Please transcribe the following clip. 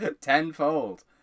tenfold